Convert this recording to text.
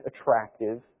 attractive